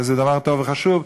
וזה דבר טוב וחשוב,